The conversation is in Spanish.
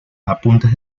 apuntes